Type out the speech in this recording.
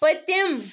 پٔتِم